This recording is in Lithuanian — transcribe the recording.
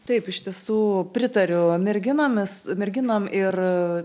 taip iš tiesų pritariu merginomis merginom ir